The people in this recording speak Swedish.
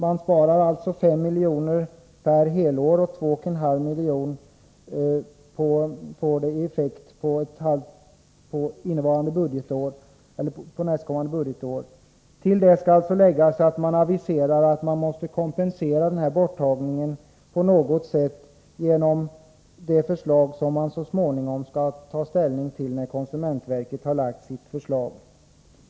Man sparar alltså 5 milj.kr. per helår, och det blir 2,5 milj.kr. i effekt på nästkommande budgetår. Till det skall läggas att man aviserar att borttagningen måste kompenseras på något sätt genom det förslag som man så småningom skall ta ställning till när konsumentverket har lagt fram sitt förslag.